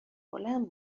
بلند